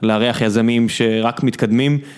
לארח יזמים שרק מתקדמים.